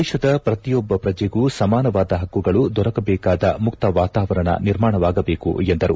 ದೇಶದ ಪ್ರತಿಯೊಬ್ಬ ಪ್ರಜೆಗೂ ಸಮಾನವಾದ ಪಕ್ಕುಗಳು ದೊರಕಬೇಕಾದ ಮುಕ್ತ ವಾತಾವರಣ ನಿರ್ಮಾಣವಾಗಬೇಕು ಎಂದರು